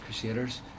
Crusaders